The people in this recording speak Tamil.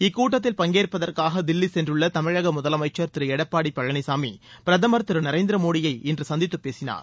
இக்கூட்டத்தில் பங்கேற்பதற்காக தில்லி சென்றுள்ள தமிழக முதலமைச்சர் திரு எடப்பாடி பழனிசாமி பிரதமர் திரு நரேந்திர மோடியை இன்று சந்தித்து பேசினார்